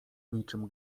niczym